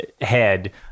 head